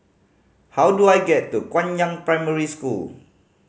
how do I get to Guangyang Primary School